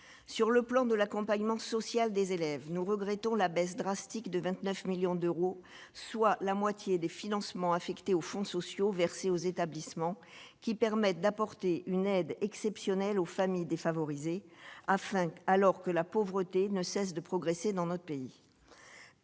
sur le plan de l'accompagnement social des élèves, nous regrettons la baisse drastique de 29 millions d'euros, soit la moitié des financements affectés aux fonds sociaux versés aux établissements qui permettent d'apporter une aide exceptionnelle aux familles défavorisées afin, alors que la pauvreté ne cesse de progresser dans notre pays,